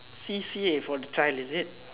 C_C_A for the child is it